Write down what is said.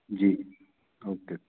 जी okay